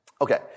Okay